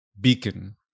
beacon